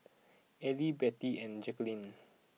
Ally Bettie and Jacquelin